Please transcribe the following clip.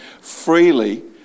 Freely